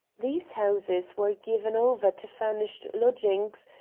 these houses were given over to furnished lodgings,